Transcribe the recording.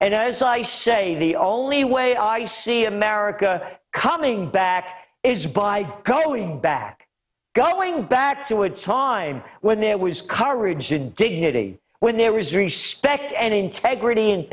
and as i say the only way i see america coming back is by cutting back guy walking back to a time when there was coverage to dignity when there was respect and integrity and